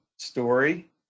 story